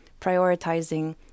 prioritizing